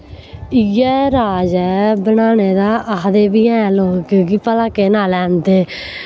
इ'यै राज ऐ बनाने दा आखदे बी हैन लोक कि भला केह् नांऽ लैंदे